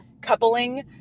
Coupling